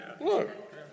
Look